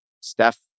Steph